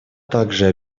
также